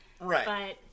Right